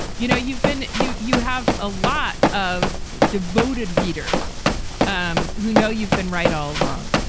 you know, you've been you you have a lot of devoted readers um who know you've been right all along.